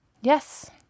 Yes